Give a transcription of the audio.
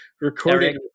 recording